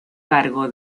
cargo